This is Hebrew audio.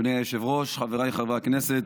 אדוני היושב-ראש, חבריי חברי הכנסת,